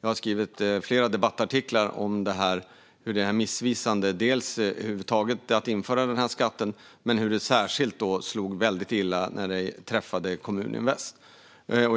Jag har skrivit flera debattartiklar om detta och hur det är missvisande att över huvud taget införa skatten men att det slog särskilt illa när det träffade Kommuninvest.